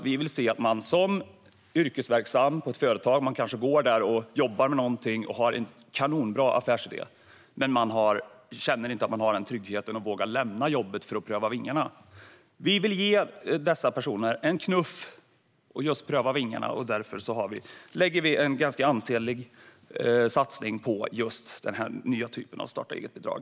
Vi vill ge den som är yrkesverksam på ett företag och kanske har en kanonbra affärsidé, men som inte känner att man har en sådan trygghet att man vågar lämna jobbet för att pröva vingarna, en knuff för att pröva vingarna. Därför lägger vi en ganska ansenlig satsning på just denna nya typ av starta-eget-bidrag.